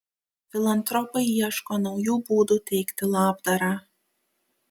filantropai ieško naujų būdų teikti labdarą